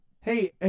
Hey